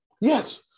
Yes